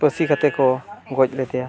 ᱯᱟᱹᱥᱤ ᱠᱟᱛᱮᱫ ᱠᱚ ᱜᱚᱡ ᱞᱮᱫᱮᱭᱟ